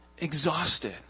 exhausted